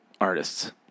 artists